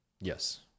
yes